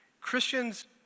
Christians